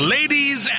Ladies